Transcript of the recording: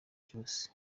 cyose